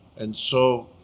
and so